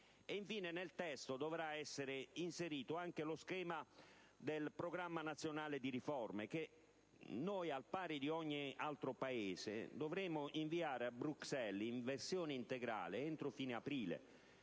Infine, nel testo dovrà essere inserito lo schema del Programma nazionale di riforma che, al pari di ogni altro Paese, dovremo inviare a Bruxelles in versione integrale entro fine aprile,